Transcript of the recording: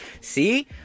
See